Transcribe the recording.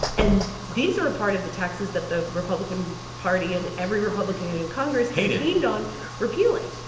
and these are a part of the taxes that the republican party and every republican and in congress. hated. campaigned on repealing,